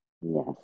yes